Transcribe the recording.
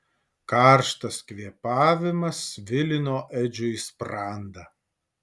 karštas kvėpavimas svilino edžiui sprandą